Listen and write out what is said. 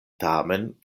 tamen